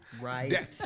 Right